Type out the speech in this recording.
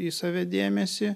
į save dėmesį